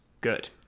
Good